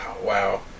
Wow